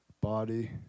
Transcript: body